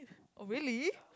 oh really